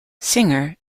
singer